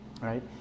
right